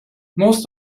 most